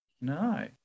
No